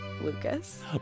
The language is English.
Lucas